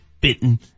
bitten